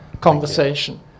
conversation